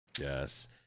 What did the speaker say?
yes